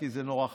כי זה נורא חשוב.